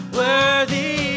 worthy